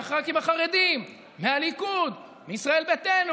התקופה עומדת על שנה וחצי,